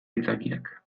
aitzakiak